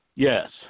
Yes